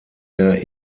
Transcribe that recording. der